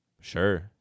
sure